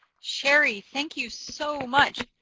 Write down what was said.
sherri, thank you so much.